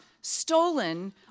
stolen